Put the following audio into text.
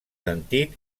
sentit